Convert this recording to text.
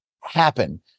happen